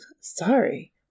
sorry